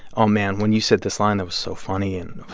oh, man, when you said this line, that was so funny. and,